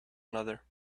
another